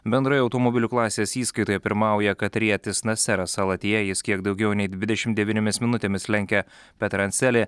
bendroje automobilių klasės įskaitoje pirmauja katarietis naseras alatija jis kiek daugiau nei dvidešim devyniomis minutėmis lenkia peterancelį